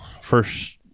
first